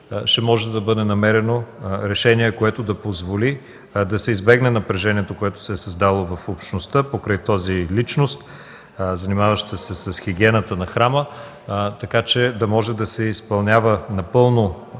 ще може да бъде намерено решение, което да позволи да се избегне напрежението, което се е създало в общността покрай тази личност, занимаваща се с хигиената на храма, така че да може да се изпълнява напълно